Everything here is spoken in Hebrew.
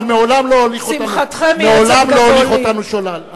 אבל מעולם לא הוליכו אותנו שולל.